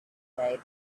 day